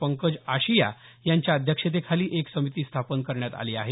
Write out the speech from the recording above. पंकज आशिया यांच्या अध्यक्षतेखाली एक समिती स्थापन करण्यात आली आहे